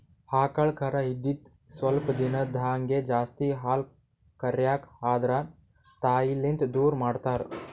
ಆಕಳ್ ಕರಾ ಇದ್ದಿದ್ ಸ್ವಲ್ಪ್ ದಿಂದಾಗೇ ಜಾಸ್ತಿ ಹಾಲ್ ಕರ್ಯಕ್ ಆದ್ರ ತಾಯಿಲಿಂತ್ ದೂರ್ ಮಾಡ್ತಾರ್